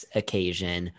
occasion